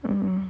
mm